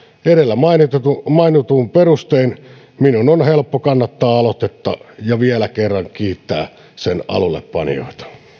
edellä mainituin perustein minun on helppo kannattaa aloitetta ja vielä kerran kiittää sen alullepanijoita